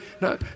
No